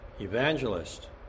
evangelist